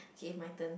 K my turn